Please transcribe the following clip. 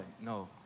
no